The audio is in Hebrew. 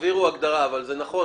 תעבירו הגדרה, אבל זה נכון.